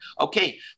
Okay